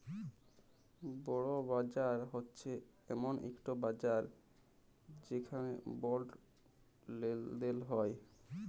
বল্ড বাজার হছে এমল ইকট বাজার যেখালে বল্ড লেলদেল হ্যয়